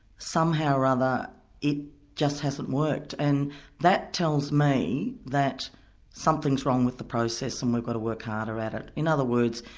somehow or other it just hasn't worked, and that tells me that something's wrong with the process and we've got to work harder at it. in other words,